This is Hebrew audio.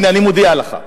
הנה, אני מודיע לך: